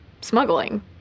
smuggling